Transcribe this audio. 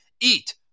Eat